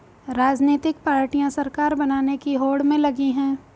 राजनीतिक पार्टियां सरकार बनाने की होड़ में लगी हैं